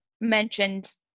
mentioned